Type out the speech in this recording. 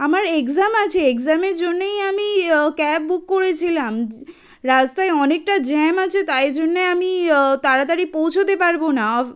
আমার এক্সাম আছে এক্সামের জন্যেই আমি ক্যাব বুক করেছিলাম রাস্তায় অনেকটা জ্যাম আছে তাই জন্যে আমি তাড়াতাড়ি পৌঁছোতে পারবো না